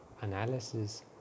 analysis